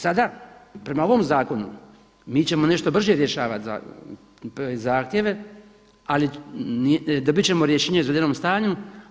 Sada prema ovom zakonu mi ćemo nešto brže rješavati zahtjeve, ali dobit ćemo rješenje o izvedenom stanju.